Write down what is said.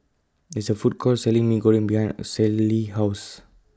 There IS A Food Court Selling Mee Goreng behind Caylee's House